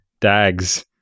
DAGs